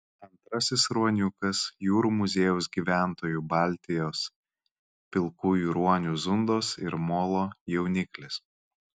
antrasis ruoniukas jūrų muziejaus gyventojų baltijos pilkųjų ruonių zundos ir molo jauniklis